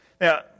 Now